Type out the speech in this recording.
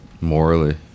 Morally